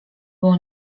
było